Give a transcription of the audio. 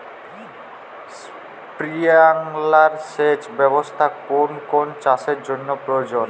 Sprinkler সেচ ব্যবস্থার কোন কোন চাষের জন্য প্রযোজ্য?